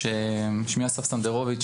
שמי אסף סנדרוביץ',